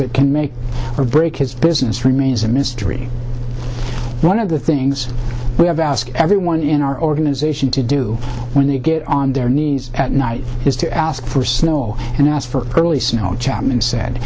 that can make or break his business remains a mystery one of the things we have asked everyone in our organization to do when they get on their knees at night is to ask for snow and ask for early snow chapman said